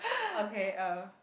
okay uh